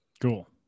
Cool